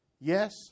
Yes